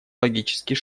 логический